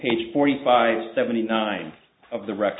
page forty five seventy nine of the rec